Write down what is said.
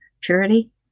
purity